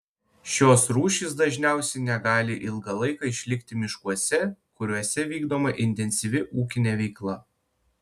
šios rūšys dažniausiai negali ilgą laiką išlikti miškuose kuriuose vykdoma intensyvi ūkinė veikla